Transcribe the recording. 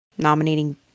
nominating